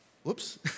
Whoops